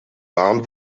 bahn